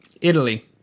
Italy